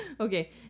Okay